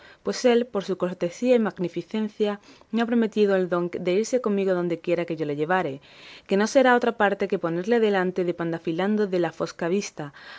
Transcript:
pues él por su cortesía y magnificencia me ha prometido el don de irse conmigo dondequiera que yo le llevare que no será a otra parte que a ponerle delante de pandafilando de la fosca vista